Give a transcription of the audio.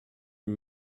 une